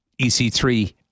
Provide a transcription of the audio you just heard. EC3